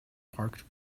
parked